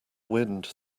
wind